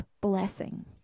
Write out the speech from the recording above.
blessing